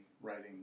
writing